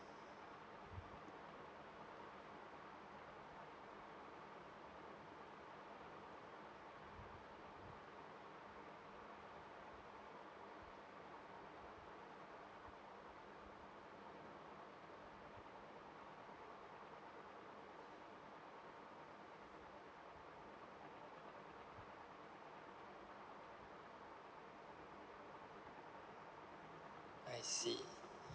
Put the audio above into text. I see